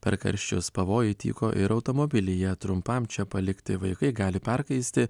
per karščius pavojai tyko ir automobilyje trumpam čia palikti vaikai gali perkaisti